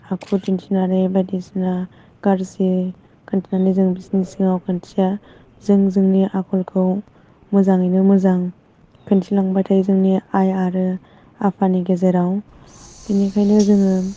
आखु दिन्थिनानै बायदिसिना गाज्रि खोन्थानानै जों बिसोरनि सिगाङाव खोनथिया जों जोंनि आखलखौ मोजाङैनो मोजां खोन्थिलांबाय थायो जोंनि आइ आरो आफानि गेजेराव बेनिखायनो जोङो